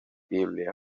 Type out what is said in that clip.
bíblia